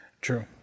True